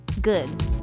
Good